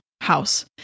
house